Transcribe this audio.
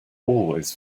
always